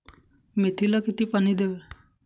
मेथीला किती पाणी द्यावे?